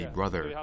Brother